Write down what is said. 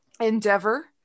endeavor